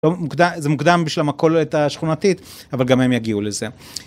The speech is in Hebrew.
זה מוקדם בשביל המכולת השכונתית, אבל גם הם יגיעו לזה.